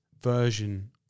version